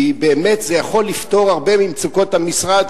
כי באמת זה יכול לפתור הרבה ממצוקות המשרד.